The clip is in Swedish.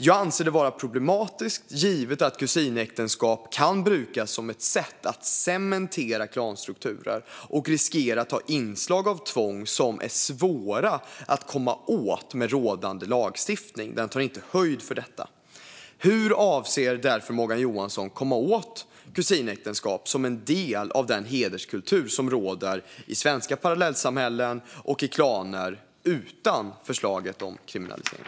Jag anser detta vara problematiskt givet att kusinäktenskap kan brukas som ett sätt att cementera klanstrukturer och riskerar att ha inslag av tvång som är svåra att komma åt med rådande lagstiftning. Den tar inte höjd för detta. Hur avser Morgan Johansson att komma åt kusinäktenskap som en del av den hederskultur som råder i svenska parallellsamhällen och i klaner utan en kriminalisering?